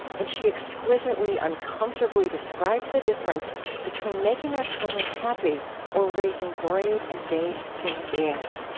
and she exquisitely, uncomfortably describes the difference between making our children happy or raising brave, engaged human beings.